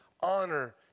honor